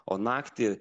o naktį